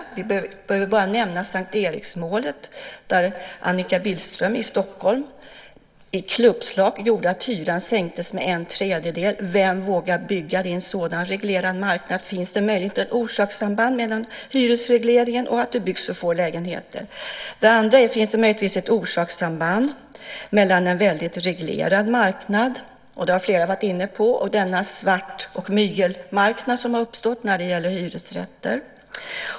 Vi behöver bara nämna S:t Eriksmålet, där Annika Billström i Stockholm i ett klubbslag gjorde att hyran sänktes med en tredjedel. Vem vågar bygga i en sådan reglerad marknad? Finns det möjligen ett orsakssamband mellan hyresregleringen och att det byggs så få lägenheter? Den andra frågan är: Finns det möjligtvis ett orsakssamband mellan en väldigt reglerad marknad - och det har flera varit inne på - och denna svart och mygelmarknad som har uppstått när det gäller hyresrätter?